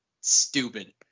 stupid